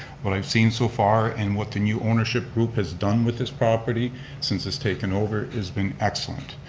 what i've seen so far and what the new ownership group has done with this property since it's taken over, has been excellent.